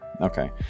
okay